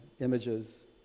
images